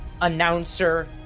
announcer